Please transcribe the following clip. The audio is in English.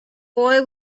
boy